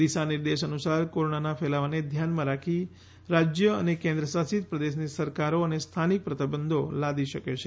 દિશા નિર્દેશ અનુસાર કોરોનાના ફેલાવાને ધ્યાનમાં રાખી રાજ્ય અને કેન્દ્રશાસિત પ્રદેશની સરકારો સ્થાનિક પ્રતિબંધો લાદી શકે છે